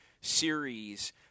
series